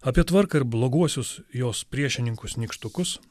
apie tvarką ir bloguosius jos priešininkus nykštukus